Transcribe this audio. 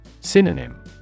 Synonym